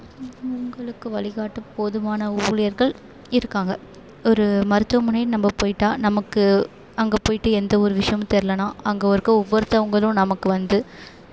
அவங்களுக்கு வழிகாட்ட போதுமான ஊழியர்கள் இருக்காங்க ஒரு மருத்துவமனைன்னு நம்ம போய்ட்டால் நமக்கு அங்கே போய்ட்டு எந்த ஒரு விஷயமும் தெரிலன்னா அங்கே இருக்க ஒவ்வொருத்தவங்களும் நமக்கு வந்து